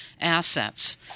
assets